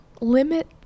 limit